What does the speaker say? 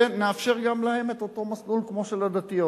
שנאפשר גם להן את אותו מסלול כמו של הדתיות,